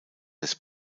des